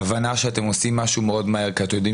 ההבנה שאתם עושים משהו מאוד מהר כי אתם יודעים